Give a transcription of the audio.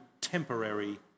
temporary